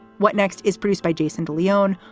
what next? is produced by jason de leon,